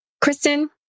Kristen